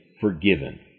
forgiven